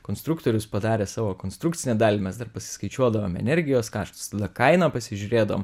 konstruktorius padarė savo konstrukcinę dalį mes dar pasiskaičiuodavom energijos kaštus tada kainą pasižiūrėdavom